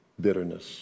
bitterness